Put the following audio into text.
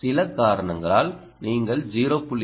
சில காரணங்களால் நீங்கள் 0